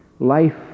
life